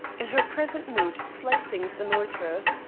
in her present mood slight things annoyed her.